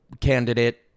candidate